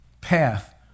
path